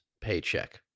paycheck